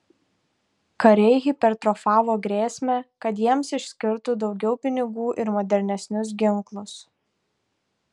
kariai hipertrofavo grėsmę kad jiems išskirtų daugiau pinigų ir modernesnius ginklus